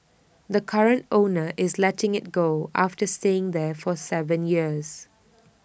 the current owner is letting IT go after staying there for Seven years